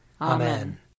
Amen